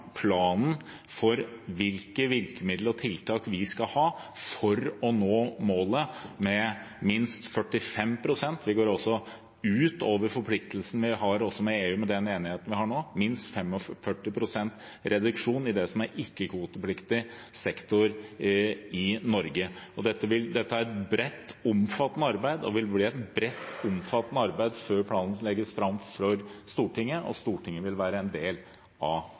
planen for hvilke virkemidler og tiltak vi skal ha for å nå målet med minst 45 pst. Vi går altså utover forpliktelsen vi har med EU med den enigheten vi har nå, minst 45 pst. reduksjon i det som er ikke-kvotepliktig sektor i Norge. Dette er et bredt, omfattende arbeid og vil bli et bredt, omfattende arbeid før planen legges fram for Stortinget, og Stortinget vil være en del av